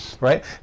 right